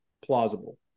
plausible